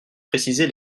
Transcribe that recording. préciser